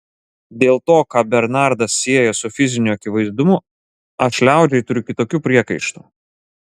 dėl to ką bernardas sieja su fiziniu akivaizdumu aš liaudžiai turiu kitokių priekaištų